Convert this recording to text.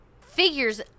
figures